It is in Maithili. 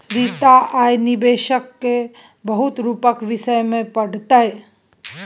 रीता आय निबेशक केर बहुत रुपक विषय मे पढ़तै